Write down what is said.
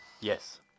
Yes